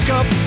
up